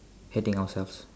hating ourselves